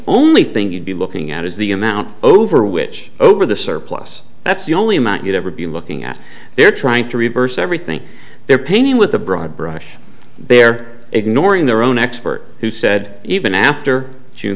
only thing you'd be looking at is the amount over which over the surplus that's the only amount you'd ever be looking at they're trying to reverse everything they're painting with a broad brush they're ignoring their own expert who said even after june